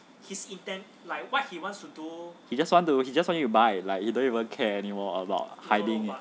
he just want to do he just want you to buy like he don't even care anymore about hiding it